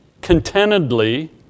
contentedly